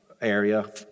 area